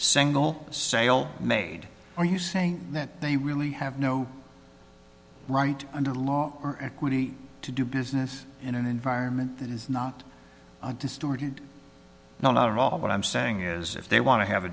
single sale made are you saying that they really have no right under law or equity to do business in an environment that is not distorted no not at all what i'm saying is if they want to have a